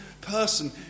person